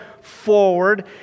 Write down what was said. Forward